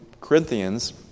Corinthians